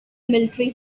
military